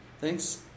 Thanks